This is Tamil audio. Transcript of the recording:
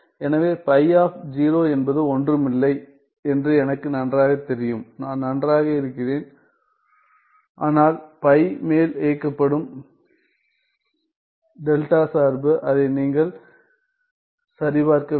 எனவே பை ஆப் 0 என்பது ஒன்றும் இல்லை என்று எனக்கு நன்றாகத் தெரியும் ஆனால் பை மேல் இயக்கப்படும் டெல்டா சார்பு அதை நீங்கள் சரிபார்க்க வேண்டும்